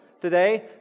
today